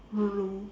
hello